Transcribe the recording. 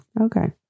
Okay